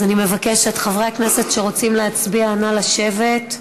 אז אני מבקשת, חברי הכנסת שרוצים להצביע, נא לשבת.